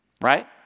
right